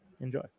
enjoy